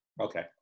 Okay